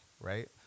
right